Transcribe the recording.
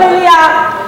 חברת הכנסת מירי רגב,